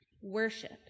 worship